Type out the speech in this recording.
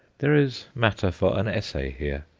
there is matter for an essay here.